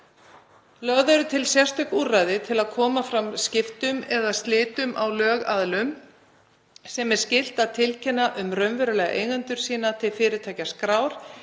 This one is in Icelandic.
Lögð eru til sérstök úrræði til að koma fram skiptum eða slitum á lögaðilum sem er skylt að tilkynna um raunverulega eigendur sína til fyrirtækjaskrár